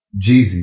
Jeezy